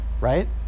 right